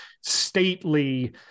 stately